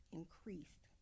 increased